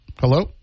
Hello